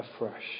afresh